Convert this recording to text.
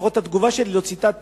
לפחות את התגובה שלי לא ציטטת,